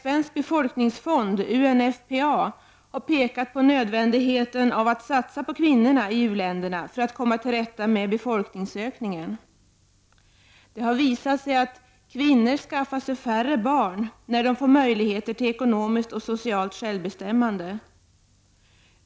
FN:s befolkningsfond UNFPA har pekat på nödvändigheten av att satsa på kvinnorna i u-länderna för att komma till rätta med befolkningsökningen. Det har visat sig att kvinnor skaffar sig färre barn när de får möjligheter till ekonomiskt och socialt självbestämmande.